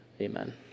Amen